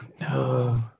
No